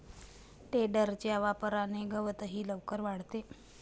टेडरच्या वापराने गवतही लवकर वाळते